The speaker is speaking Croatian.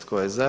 Tko je za?